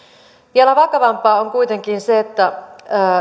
vielä vakavampaa on kuitenkin se